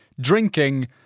drinking